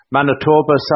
Manitoba